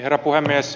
herra puhemies